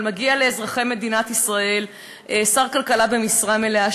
אבל מגיע לאזרחי מדינת ישראל שר כלכלה במשרה מלאה,